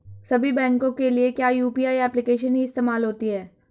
सभी बैंकों के लिए क्या यू.पी.आई एप्लिकेशन ही इस्तेमाल होती है?